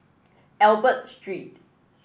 Albert Street